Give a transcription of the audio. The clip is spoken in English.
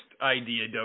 idea